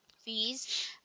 fees